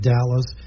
Dallas